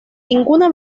ninguna